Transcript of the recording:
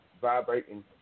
vibrating